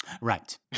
Right